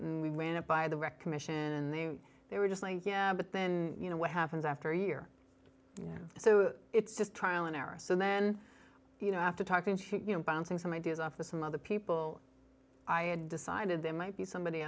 we wind up by the wreck commission in the they were just like yeah but then you know what happens after a year you know so it's just trial and error so then you know after talking to you know bouncing some ideas off to some other people i had decided there might be somebody